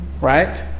Right